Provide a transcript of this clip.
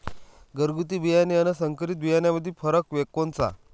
घरगुती बियाणे अन संकरीत बियाणामंदी फरक कोनचा?